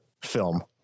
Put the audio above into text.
film